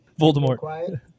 Voldemort